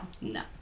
no